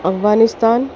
Afghanistan